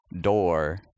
door